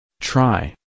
Try